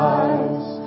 eyes